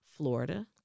Florida